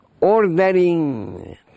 ordering